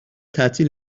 تعطیل